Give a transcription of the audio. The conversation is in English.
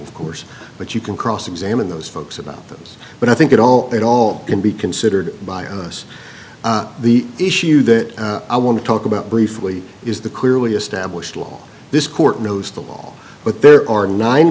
of course but you can cross examine those folks about those but i think it all it all can be considered by us the issue that i want to talk about briefly is the clearly established law this court knows them all but there are nine